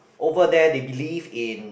over there they believed in